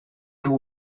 too